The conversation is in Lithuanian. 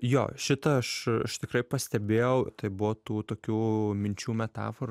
jo šitą aš aš tikrai pastebėjau tai buvo tų tokių minčių metaforų